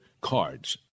CARDS